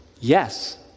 Yes